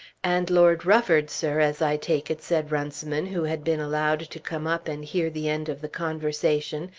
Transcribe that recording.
and lord rufford, sir, as i take it, said runciman, who had been allowed to come up and hear the end of the conversation,